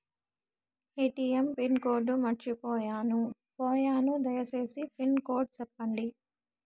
ATM pin code మర్చిపోయాను పోయాను దయసేసి పిన్ కోడ్ సెప్పండి?